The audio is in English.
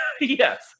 Yes